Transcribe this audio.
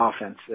offense